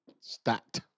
stat